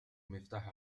مفتاح